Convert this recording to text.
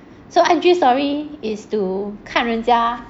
so I_G story is to 看人家